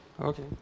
Okay